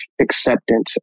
acceptance